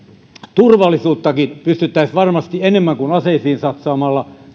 turvallisuuttakin pystyttäisiin varmasti enemmän kuin aseisiin satsaamalla